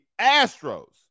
Astros